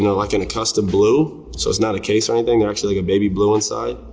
you know like in a custom blue, so it's not a case or anything, they're actually like a baby blue inside.